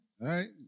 right